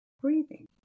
breathing